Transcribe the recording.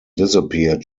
disappeared